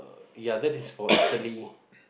ya that is for Italy